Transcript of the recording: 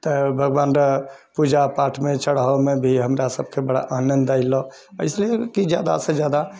तऽ भगवानरऽ पूजा पाठमे जे चढ़ावऽमे भी हमरा सबके बड़ा आनन्द अएलऽ इसीलिए कि ज्यादासँ ज्यादा